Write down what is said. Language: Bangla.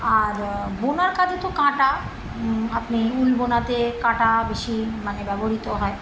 আর বোনার কাজে তো কাঁটা আপনি উল বোনাতে কাঁটা বেশি মানে ব্যবহৃত হয়